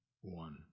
one